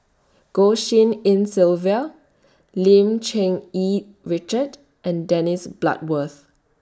Goh Tshin En Sylvia Lim Cherng Yih Richard and Dennis Bloodworth